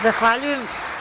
Zahvaljujem.